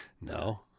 No